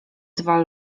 dwa